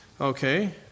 Okay